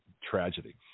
tragedy